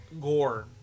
gore